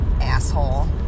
asshole